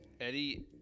Eddie